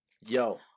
Yo